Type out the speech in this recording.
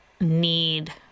need